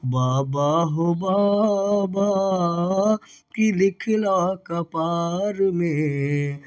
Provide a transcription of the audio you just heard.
बाबा हौ बाबा कि लिखलऽ कपारमे